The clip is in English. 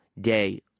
day